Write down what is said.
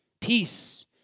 Peace